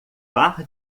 bar